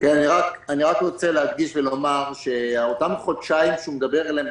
אני רק רוצה להדגיש ולומר שאותם חודשיים שהוא מדבר עליהם,